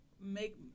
Make